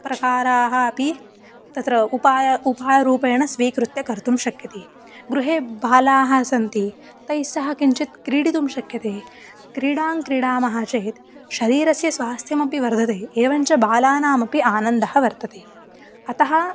प्रकाराः अपि तत्र उपायः उपायरूपेण स्वीकृत्य कर्तुं शक्यते गृहे बालाः सन्ति तैस्सह किञ्चित् क्रीडितुं शक्यते क्रीडां क्रीडामः चेत् शरीरस्य स्वास्थ्यमपि वर्धते एवं च बालानामपि आनन्दः वर्तते अतः